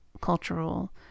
cultural